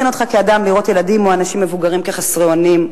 כאדם לראות ילדים או אנשים מבוגרים חסרי אונים,